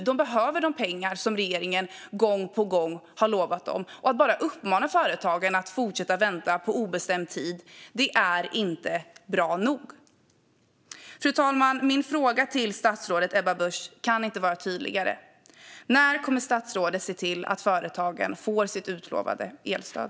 De behöver de pengar som regeringen gång på gång har lovat dem. Att bara uppmana företagen att fortsätta vänta på obestämd tid är inte bra nog. Fru talman! Min fråga till statsrådet Ebba Busch kan inte vara tydligare: När kommer statsrådet att se till att företagen får sitt utlovade elstöd?